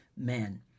men